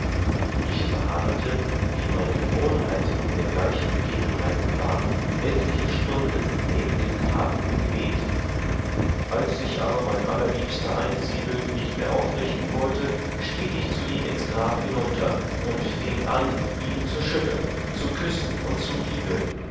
ich verharrete wie meine gewohnheit in dergleichen begebenheiten war etliche stunden neben dem grab im gebet als sich aber mein allerliebster einsiedel nicht mehr aufrichten wollte stieg ich zu ihm ins grab hinunter und fieng an ihn zu schütteln zu küssen und zu liebeln